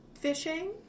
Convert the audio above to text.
fishing